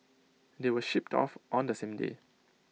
they were shipped off on the same day